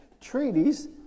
treaties